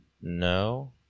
No